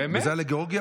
וזה היה לגיאורגיה,